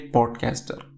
Podcaster